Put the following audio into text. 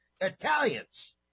Italians